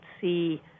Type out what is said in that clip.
see